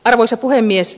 arvoisa puhemies